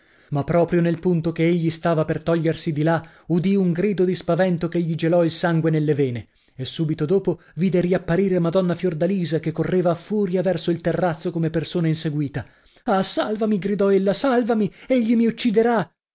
ma proprio nel punto che egli stava per togliersi di là udì un grido di spavento che gli gelò il sangue nelle vene e subito dopo vide riapparire madonna fiordalisa che correva a furia verso il terrazzo come persona inseguita ah salvami gridò ella salvami egli mi ucciderà